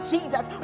Jesus